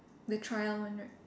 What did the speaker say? the trial one right